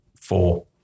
four